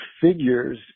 figures